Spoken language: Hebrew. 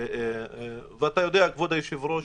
כבוד היושב-ראש,